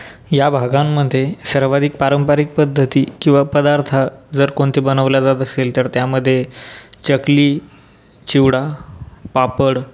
या भागांमधे सर्वाधिक पारंपरिक पद्धती किंवा पदार्थ जर कोणते बनवल्या जात असेल त्यामध्ये चकली चिवडा पापड